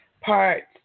parts